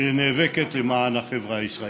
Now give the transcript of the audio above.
שנאבקת למען החברה הישראלית.